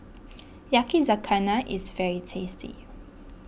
Yakizakana is very tasty